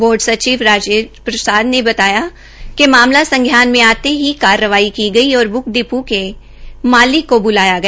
board सचिव राजीव प्रसाद ने बताया कि मामला संज्ञान में आते ही करवाई की गई और ब्क डिपो के मालिक को ब्लाया गया